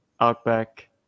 outback